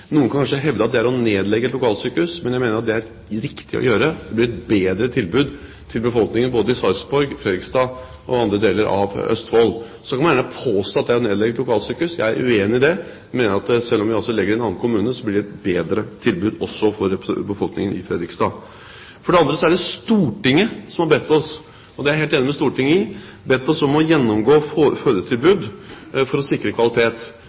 noen kan kanskje hevde at det er å nedlegge et lokalsykehus, er riktig å gjøre for å gi et bedre tilbud til befolkningen i Sarpsborg, Fredrikstad og i andre deler av Østfold. Så kan man gjerne påstå at det er å nedlegge et lokalsykehus. Jeg er uenig i det. Jeg mener at selv om vi legger det i en annen kommune, blir det et bedre tilbud også for befolkningen i Fredrikstad. For det andre er det Stortinget som har bedt oss – og det er jeg helt enig med Stortinget i – om å gjennomgå fødetilbudet for å sikre kvalitet.